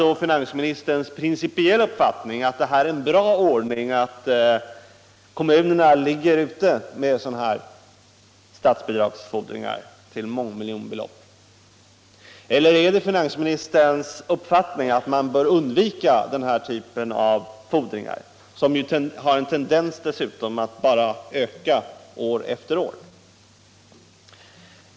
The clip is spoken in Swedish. Är det finansministerns principiella uppfattning att det är en bra ordning att kommunerna ligger ute med statsbidragsfordringar uppgående till mångmiljonbelopp, eller är det finansministerns uppfattning att man bör undvika den här typen av fordringar som dessutom har en tendens att öka år från år?